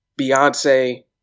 Beyonce